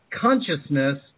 consciousness